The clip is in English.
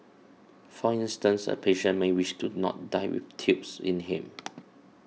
for instance a patient may wish to not die with tubes in him